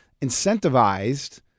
incentivized